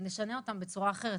נשנה אותם בצורה אחרת.